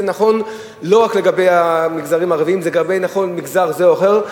זה נכון לא רק לגבי המגזרים הערביים או לגבי מגזר זה או אחר,